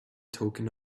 token